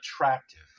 attractive